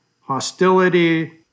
hostility